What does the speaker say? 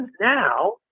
now